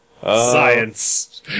Science